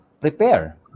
prepare